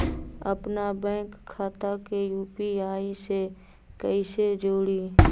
अपना बैंक खाता के यू.पी.आई से कईसे जोड़ी?